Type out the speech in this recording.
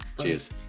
cheers